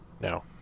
No